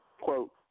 Quote